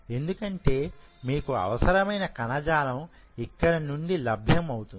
ఎందుకంటే మీకు అవసరమైన కణజాలం ఇక్కడి నుండి లభ్యం అవుతుంది